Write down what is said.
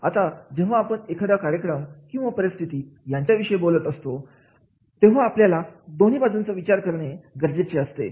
आता जेव्हा आपण एखादा कार्य किंवा परिस्थिती यांच्याविषयी बोलत असतो तेव्हा आपल्याला दोन्ही बाजूंचा विचार करणे गरजेचे ठरते